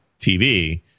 TV